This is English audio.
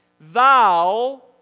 Thou